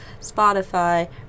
Spotify